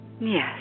Yes